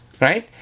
Right